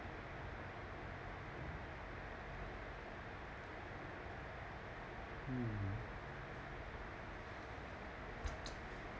mm